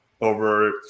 over